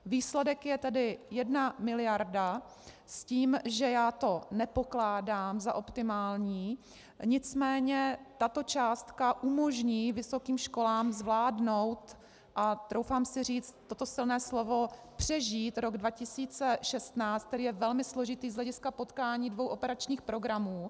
Výsledek je tedy 1 miliarda s tím, že já to nepokládám za optimální, nicméně tato částka umožní vysokým školám zvládnout a troufám si říct toto silné slovo přežít rok 2016, který je velmi složitý z hlediska potkání dvou operačních programů.